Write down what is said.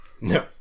No